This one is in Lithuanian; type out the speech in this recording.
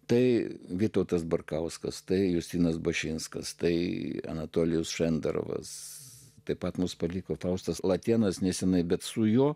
tai vytautas barkauskas tai justinas bašinskas tai anatolijus šenderovas taip pat mus paliko ataustas latėnas neseniai bet su jo